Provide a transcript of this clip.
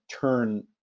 turn